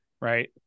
right